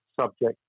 subject